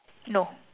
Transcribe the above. no